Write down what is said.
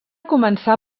començà